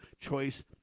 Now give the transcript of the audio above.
choice